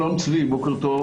שלום, צבי, בוקר טוב.